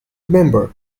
member